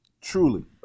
truly